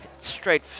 straight